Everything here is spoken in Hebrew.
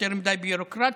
זה יותר מדי ביורוקרטיה,